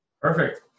Perfect